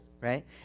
right